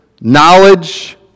knowledge